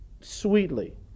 sweetly